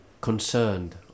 concerned